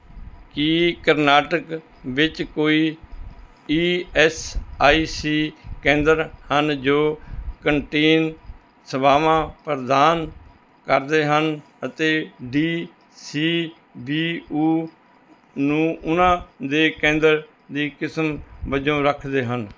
ਕੀ ਕਰਨਾਟਕ ਵਿੱਚ ਕੋਈ E S I C ਕੇਂਦਰ ਹਨ ਜੋ ਕੰਨਟੀਨ ਸੇਵਾਵਾਂ ਪ੍ਰਦਾਨ ਕਰਦੇ ਹਨ ਅਤੇ ਡੀ ਸੀ ਬੀ ਓ ਨੂੰ ਉਹਨਾਂ ਦੇ ਕੇਂਦਰ ਦੀ ਕਿਸਮ ਵਜੋਂ ਰੱਖਦੇ ਹਨ